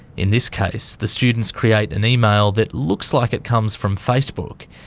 in this case, the students create an email that looks like it comes from facebook.